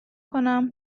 کنم